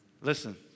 listen